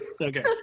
Okay